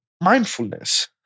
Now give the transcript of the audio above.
mindfulness